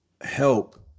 help